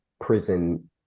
prison